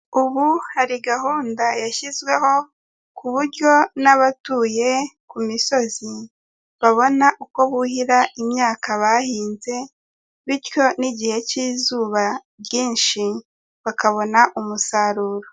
Ubu hari gahunda yashyizweho ku buryo n'abatuye ku misozi babona uko buhira imyaka bahinze bityo n'igihe cy'izuba ryinshi bakabona umusaruro.